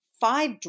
five